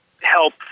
help